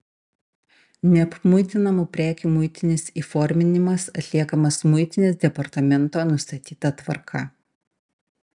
neapmuitinamų prekių muitinis įforminimas atliekamas muitinės departamento nustatyta tvarka